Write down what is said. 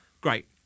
great